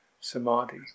samadhi